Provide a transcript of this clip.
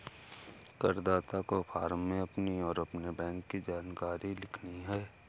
करदाता को फॉर्म में अपनी और अपने बैंक की जानकारी लिखनी है